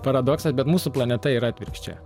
paradoksas bet mūsų planeta yra atvirkščia